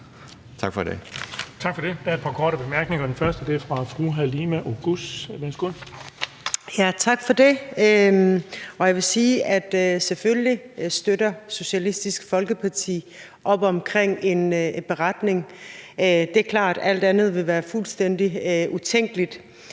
Tak for i dag.